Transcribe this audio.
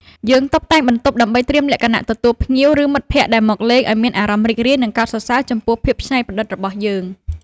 យើងតុបតែងបន្ទប់ដើម្បីត្រៀមលក្ខណៈទទួលភ្ញៀវ ឬមិត្តភក្តិដែលមកលេងឱ្យមានអារម្មណ៍រីករាយ និងកោតសរសើរចំពោះភាពច្នៃប្រឌិតរបស់យើង។